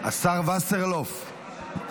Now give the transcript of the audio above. השר וסרלאוף.